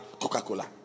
Coca-Cola